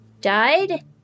died